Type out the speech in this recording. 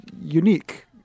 unique